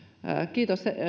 kiitos